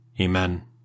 Amen